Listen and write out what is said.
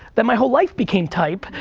then my whole life became type,